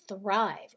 thrive